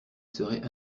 serait